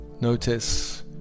Notice